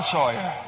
Sawyer